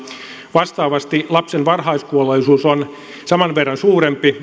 vastaavasti lapsen varhaiskuolleisuus on saman verran suurempi